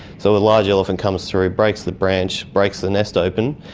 so a large elephant comes through, breaks the branch, breaks the nest open,